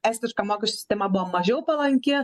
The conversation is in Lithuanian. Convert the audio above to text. estiška mokesčių sistema buvo mažiau palanki